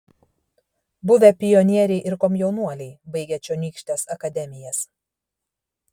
buvę pionieriai ir komjaunuoliai baigę čionykštes akademijas